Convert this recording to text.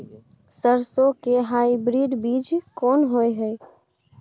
सरसो के हाइब्रिड बीज कोन होय है?